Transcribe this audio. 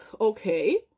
okay